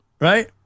Right